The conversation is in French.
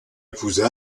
épouser